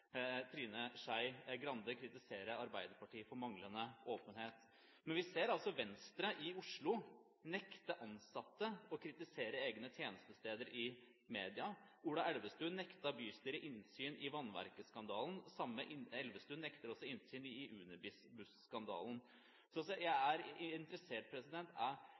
Trine Skei Grande kritisere Arbeiderpartiet for manglende åpenhet. Men vi ser at Venstre i Oslo nekter ansatte å kritisere egne tjenestesteder i media. Ola Elvestuen nektet bystyret innsyn i vannverksskandalen. Elvestuen nekter også innsyn i Unibuss-skandalen. Så jeg er interessert